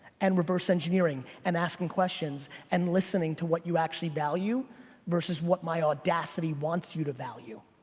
and reverse engineering and asking questions and listening to what you actually value versus what my audacity wants you to value.